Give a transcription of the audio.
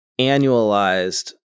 annualized